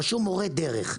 רשום מורי דרך,